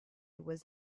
was